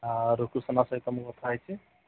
ସହିତ ମୁ କଥା ହୋଇଛିି